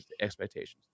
expectations